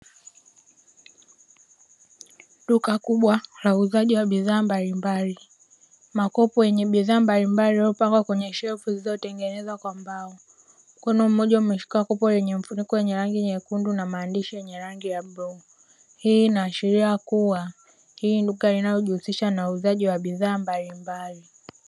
Duka kubwa la uuzaji wa bidhaa mbalimbali, makopo yenye bidhaa mbalimbali zilizopangwa kwenye shelfu zilizo tengenezwa kwa mbao, mkono mmoja umeshika kopo lenye mfuniko wenye rangi nyekundu na maandishi ya rangi ya bluu. Hii inaashiria kua hili duka linalo jihusisha na uuzaji wa bidhaa mbalimbali.